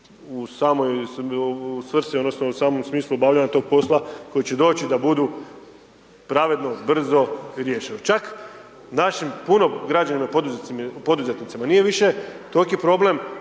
u samom smislu obavljanja tog posla koji će doći da budu pravedno, brzo riješeno. Čak našim, puno građanima, poduzetnicima nije više toliki problem